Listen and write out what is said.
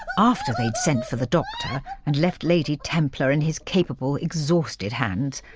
but after they'd sent for the doctor and left lady templar in his capable, exhausted hands,